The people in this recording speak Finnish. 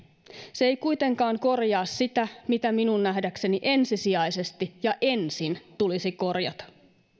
se ei kuitenkaan korjaa sitä mitä minun nähdäkseni ensisijaisesti ja ensin tulisi korjata